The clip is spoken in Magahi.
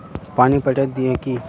पानी पटाय दिये की?